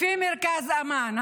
לפי מרכז אמאן.